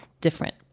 different